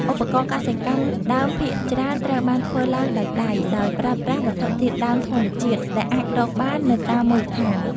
ឧបករណ៍កសិកម្មដើមភាគច្រើនត្រូវបានធ្វើឡើងដោយដៃ ដោយប្រើប្រាស់វត្ថុធាតុដើមធម្មជាតិ ដែលអាចរកបាននៅតាមមូលដ្ឋាន។